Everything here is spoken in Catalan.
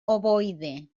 ovoide